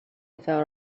without